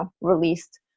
released